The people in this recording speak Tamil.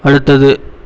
அடுத்தது